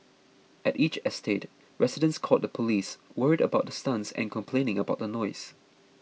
at each estate residents called the police worried about the stunts and complaining about the noise